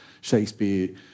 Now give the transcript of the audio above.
Shakespeare